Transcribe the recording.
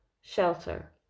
shelter